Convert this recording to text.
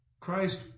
Christ